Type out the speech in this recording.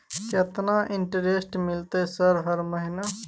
केतना इंटेरेस्ट मिलते सर हर महीना?